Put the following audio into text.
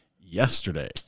yesterday